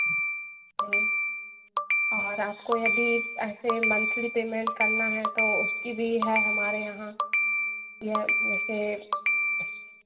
और आपको यदि ऐसे मंथली पेमेंट करना है तो उसकी भी है हमारे यहाँ ये वैसे